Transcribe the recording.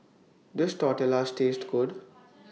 Does Tortillas Taste Good